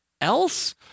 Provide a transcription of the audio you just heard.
else